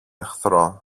εχθρό